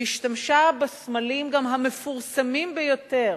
והשתמשה בסמלים, גם המפורסמים ביותר,